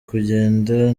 kugenda